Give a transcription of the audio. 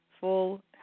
full